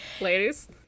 Ladies